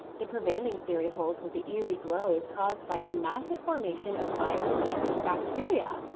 the prevailing theory holds that the eerie glow is caused by a massive formation of bioluminescent bacteria.